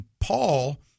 Paul